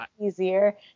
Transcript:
easier